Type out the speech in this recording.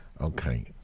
okay